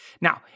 Now